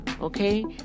Okay